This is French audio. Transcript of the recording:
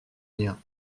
rien